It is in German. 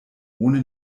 ohne